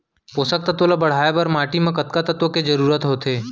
पोसक तत्व ला बढ़ाये बर माटी म कतका तत्व के जरूरत होथे?